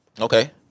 Okay